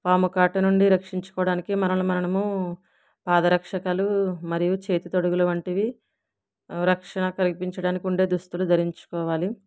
పాము కాటు నుం డి రక్షించుకోవడానికి మనల్ని మనము పాదరక్షకలు మరియు చేతి తొడుగులు వంటివి రక్షణ కల్పించడానికి ఉండే దుస్తులు ధరించుకోవాలి